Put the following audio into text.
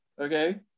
Okay